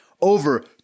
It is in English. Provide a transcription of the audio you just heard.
over